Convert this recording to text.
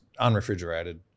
unrefrigerated